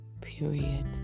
period